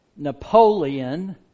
Napoleon